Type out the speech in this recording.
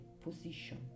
position